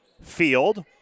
field